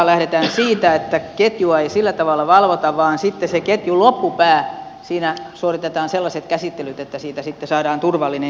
usassahan lähdetään siitä että ketjua ei sillä tavalla valvota vaan sitten siinä ketjun loppupäässä suoritetaan sellaiset käsittelyt että siitä sitten saadaan turvallinen